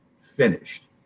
finished